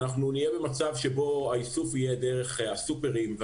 אנחנו נהיה במצב שבו האיסוף יהיה דרך הסופרים,